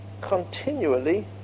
continually